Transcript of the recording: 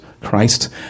Christ